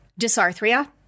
dysarthria